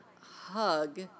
hug